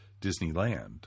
disneyland